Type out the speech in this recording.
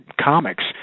comics